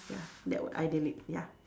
ya that would I delete ya